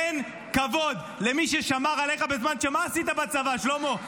תן כבוד למי ששמר עליך בזמן, מה עשית בצבא, שלמה?